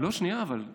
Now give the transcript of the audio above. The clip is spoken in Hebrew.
יואב, יואב.